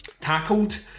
tackled